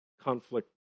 Conflict